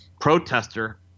protester –